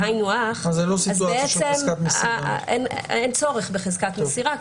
אז זו לא סיטואציה של חזקת מסירה.